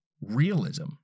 realism